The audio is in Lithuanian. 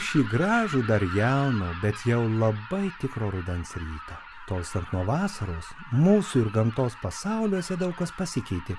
šį gražų dar jauną bet jau labai tikro rudens rytą tolstant nuo vasaros mūsų ir gamtos pasauliuose daug kas pasikeitė